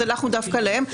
הלכנו דווקא אליהם.